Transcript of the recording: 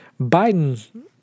Biden